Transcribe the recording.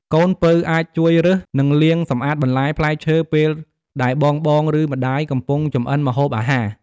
កូនពៅអាចជួយរើស និងលាងសម្អាតបន្លែ ផ្លែឈើ ពេលដែល បងៗ ឬម្ដាយកំពុងចម្អិនម្ហូបអាហារ។